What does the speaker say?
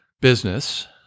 business